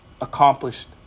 accomplished